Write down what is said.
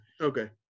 Okay